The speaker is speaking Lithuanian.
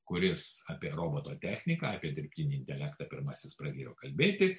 kuris apie robotų techniką apie dirbtinį intelektą pirmasis pradėjo kalbėti